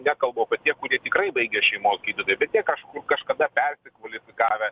nekalbu kad tie kurie tikrai baigę šeimos gydytojai bet tie kažkur kažkada persikvalifikavę